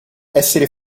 essere